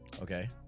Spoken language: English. Okay